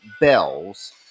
Bells